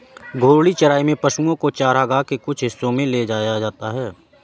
घूर्णी चराई में पशुओ को चरगाह के कुछ हिस्सों में ले जाया जाता है